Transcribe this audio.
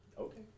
Okay